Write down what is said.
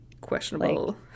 questionable